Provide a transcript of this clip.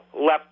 left